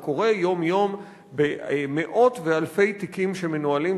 זה קורה יום-יום במאות ואלפי תיקים שמנוהלים